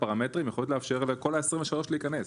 הפרמטרים יכולים לאפשר לכל ה-23 להיכנס.